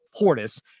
Portis